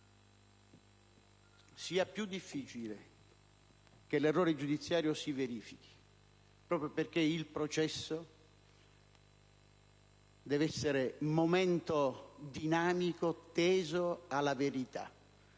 sia più difficile che l'errore giudiziario si verifichi, proprio perché il processo deve essere momento dinamico, teso alla verità: